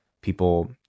people